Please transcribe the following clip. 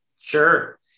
Sure